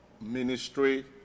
ministry